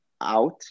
out